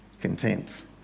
content